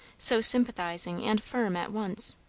so sympathizing and firm at once,